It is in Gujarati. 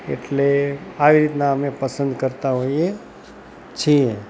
એટલે આવી રીતના અમે પસંદ કરતા હોઈએ છીએ